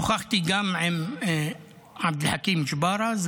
שוחחתי גם עם עבד אל-חכים ג'בארה,